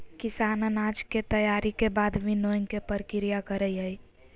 किसान अनाज के तैयारी के बाद विनोइंग के प्रक्रिया करई हई